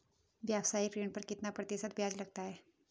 व्यावसायिक ऋण पर कितना प्रतिशत ब्याज लगता है?